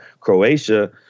Croatia